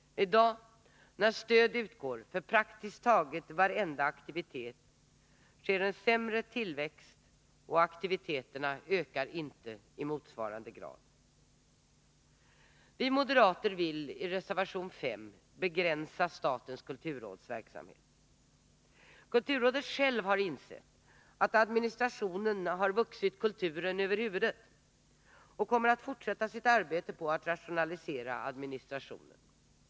I dag, när stöd utgår för praktiskt taget varje aktivitet, är det en sämre tillväxt, och aktiviteterna minskar i motsvarande grad. Vi moderater vill i reservation 5 begränsa statens kulturråds verksamhet. Kulturrådet självt har insett att administrationen har vuxit kulturen över huvudet och kommer att fortsätta sitt arbete på att rationalisera administrationen.